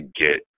get